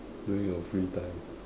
during your free time